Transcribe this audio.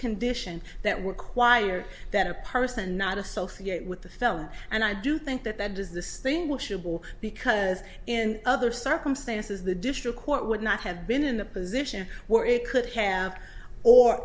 condition that were acquired that a person not associate with the film and i do think that that does this thing will should will because in other circumstances the district court would not have been in the position where it could have or